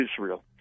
Israel